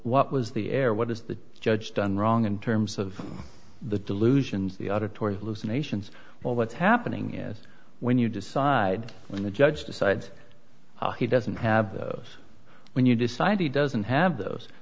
what was the air what is the judge done wrong in terms of the delusions the auditory hallucinations well what's happening is when you decide when the judge decides he doesn't have those when you decide he doesn't have those